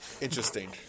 Interesting